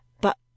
But